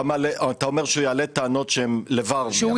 אתה אומר שהוא יעלה טענות שהן --- לא,